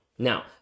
Now